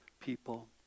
people